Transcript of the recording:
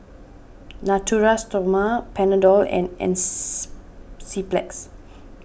Natura Stoma Panadol and Enz Zyplex